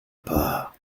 pas